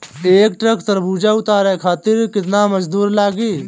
एक ट्रक तरबूजा उतारे खातीर कितना मजदुर लागी?